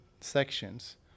sections